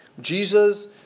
Jesus